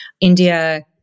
india